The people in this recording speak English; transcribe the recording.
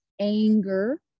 anger